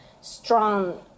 strong